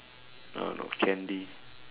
I don't know candy